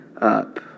up